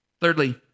Thirdly